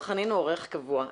חנין הוא אורח קבוע בוועדה.